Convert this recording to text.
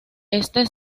este